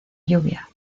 lluvia